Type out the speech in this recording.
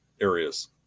areas